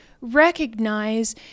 recognize